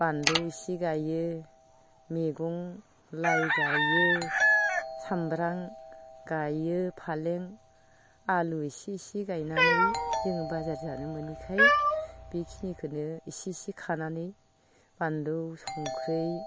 बानलु इसे गायो मैगं लाइ गायो सामब्राम गायो फालें आलु इसे इसे गायनानै जों बाजार जानो मोनैखाय बेखिनिखौनो एसे एसे खानानै बानलु संख्रि